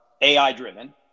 AI-driven